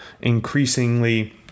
increasingly